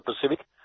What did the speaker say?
Pacific